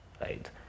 right